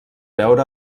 veure